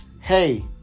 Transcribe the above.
hey